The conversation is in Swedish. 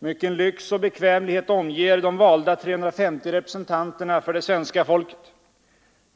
Mycken lyx och bekvämlighet omger de valda 350 representanterna för det svenska folket.